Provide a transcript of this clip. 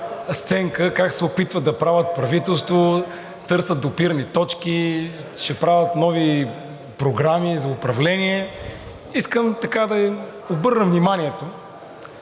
сценка как се опитват да правят правителство, търсят допирни точки, ще правят нови програми за управление… Искам да им обърна внимание